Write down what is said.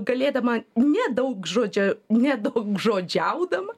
galėdama nedaugžodžia nedaugžodžiaudama